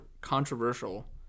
controversial